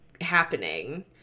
happening